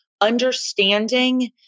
understanding